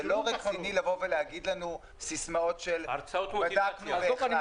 זה לא רציני לבוא ולהגיד לנו סיסמאות של בדקנו והחלטנו.